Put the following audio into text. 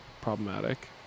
problematic